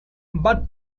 but